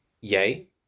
Yay